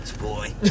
boy